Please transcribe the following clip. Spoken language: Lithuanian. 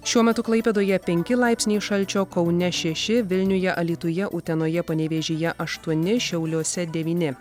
šiuo metu klaipėdoje penki laipsniai šalčio kaune šeši vilniuje alytuje utenoje panevėžyje aštuoni šiauliuose devyni